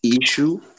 issue